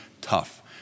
tough